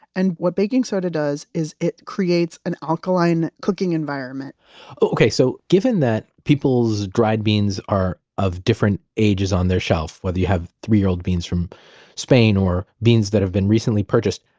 and what baking soda does is it creates an alkaline cooking environment okay, so given that people's dried beans are of different ages on their shelf whether you have the three-year-old beans from spain or beans that have been recently purchased.